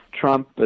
Trump